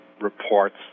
reports